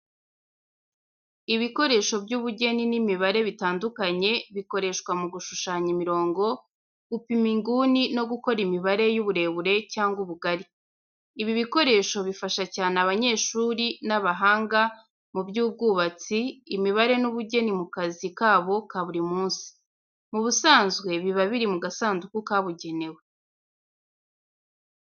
Ibikoresho by’ubugeni n’imibare bitandukanye, bikoreshwa mu gushushanya imirongo, gupima inguni no gukora imibare y’uburebure cyangwa ubugari. Ibi bikoresho bifasha cyane abanyeshuri n’abahanga mu by’ubwubatsi, imibare n’ubugeni mu kazi kabo ka buri munsi. Mu busanzwe biba biri mu gasanduku kabugenewe.